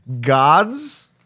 Gods